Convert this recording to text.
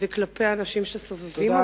וכלפי האנשים שסובבים אותו,